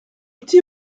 petit